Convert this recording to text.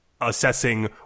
assessing